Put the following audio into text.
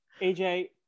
AJ